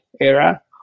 era